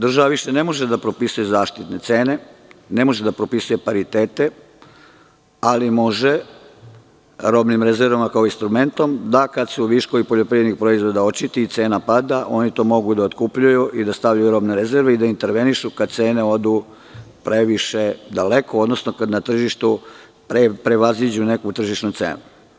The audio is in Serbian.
Država više ne može da propisuje zaštitne cene, ne može da propisuje paritete, ali može robnim rezervama, kao instrumentom, da kada su viškovi poljoprivrednih proizvoda očiti i cena pada oni to mogu da otkupljuju i da stavljaju u robne rezerve i da intervenišu kada cene odu previše daleko, odnosno kada na tržištu prevaziđu neku tržišnu cenu.